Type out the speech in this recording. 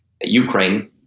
Ukraine